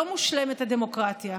לא מושלמת הדמוקרטיה,